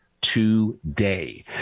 today